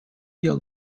your